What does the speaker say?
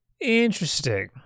Interesting